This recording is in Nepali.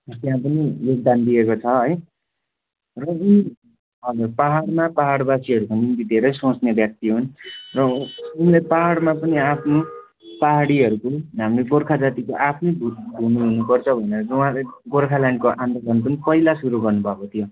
त्यहाँ पनि योगदान दिएको छ है र उनी हजुर पाहाडमा पाहाडवासीहरूको निम्ति धेरै सोच्ने व्याक्ति हुन् र उनले पाहाडमा पनि आफ्नो पाहाडीहरूको हाम्रो गोर्खा जातिको आफ्नो भूमि हुनुपर्छ भनेर उहाँले गोर्खाल्यान्डको आन्दोलन पनि पहिला सुरु गर्नु भएको थियो